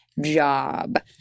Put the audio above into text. job